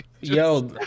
Yo